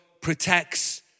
protects